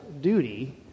duty